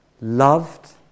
loved